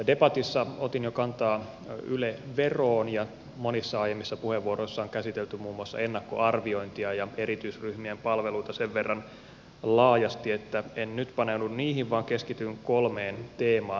debatissa otin jo kantaa yle veroon ja monissa aiemmissa puheenvuoroissa on käsitelty muun muassa ennakkoarviointia ja erityisryhmien palveluita sen verran laajasti että en nyt paneudu niihin vaan keskityn kolmeen teemaan